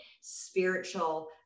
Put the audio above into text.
spiritual